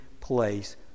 place